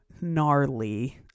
gnarly